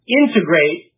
integrate